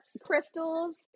crystals